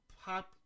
pop